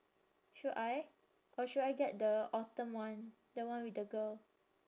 should I or should I get the autumn one the one with the girl